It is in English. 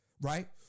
Right